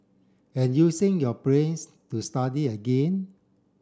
and using your brains to study again